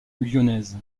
lyonnaise